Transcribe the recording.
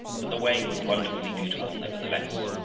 but the way was wonderfully beautiful nevertheless.